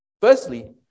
Firstly